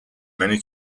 many